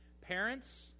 Parents